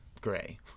gray